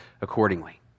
accordingly